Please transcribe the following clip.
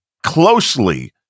closely